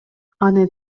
аны